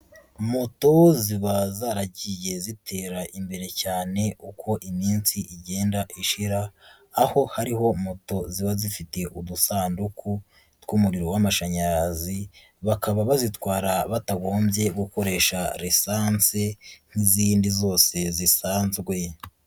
Moto ziba zaragiye zitera imbere cyane uko iminsi igenda ishira, aho hariho moto ziba zifite udusanduku tw'umuriro w'amashanyarazi, bakaba bazitwara batagombye gukoresha lesansi nk'izindi zose zisanzwewe.